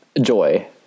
Joy